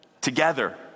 together